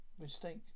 mistake